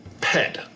pet